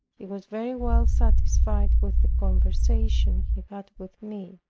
he was very well satisfied with the conversation he had with me.